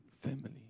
family